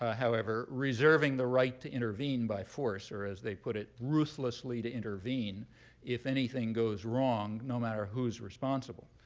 ah however, reserving the right to intervene by force, or, as they put it, ruthlessly to intervene if anything goes wrong, no matter who's responsible.